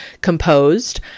composed